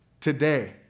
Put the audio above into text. Today